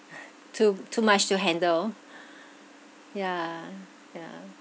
too too much to handle yeah yeah